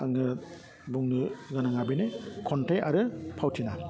आङो बुंनो गोनाङा बेनो खन्थाइ आरो फावथिना